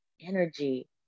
energy